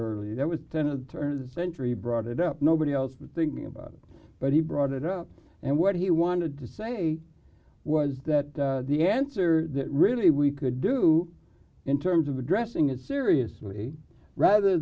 early there was then a turn of the century brought it up nobody else was thinking about it but he brought it up and what he wanted to say was that the answer that really we could do in terms of addressing it seriously rather